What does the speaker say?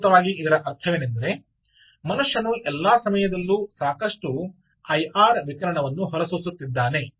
ಮೂಲಭೂತವಾಗಿ ಇದರ ಅರ್ಥವೇನೆಂದರೆ ಮನುಷ್ಯನು ಎಲ್ಲಾ ಸಮಯದಲ್ಲೂ ಸಾಕಷ್ಟು ಐಆರ್ ವಿಕಿರಣವನ್ನು ಹೊರಸೂಸುತ್ತಿದ್ದಾನೆ